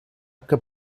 que